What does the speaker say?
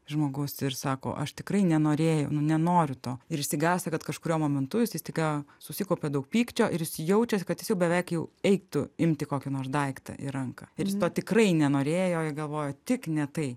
žmogus ir sako aš tikrai nenorė nu nenoriu to ir išsigąsta kad kažkuriuo momentu jisai staiga susikaupia daug pykčio ir jis jaučiasi kad jis jau beveik jau eitų imti kokį nors daiktą į ranką ir jis to tikrai nenorėjo galvojo tik ne tai